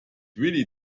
really